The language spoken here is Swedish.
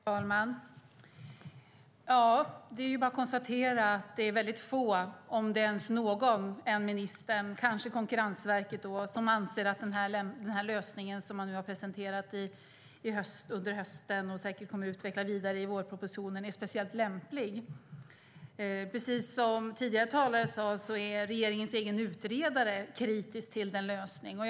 Herr talman! Det är bara att konstatera att det är väldigt få, om ens någon annan än ministern, kanske Konkurrensverket, som anser att lösningen som man har presenterat under hösten och säkert kommer att utveckla vidare i vårpropositionen är speciellt lämplig. Precis som tidigare talare sade är regeringens egen utredare kritisk till lösningen.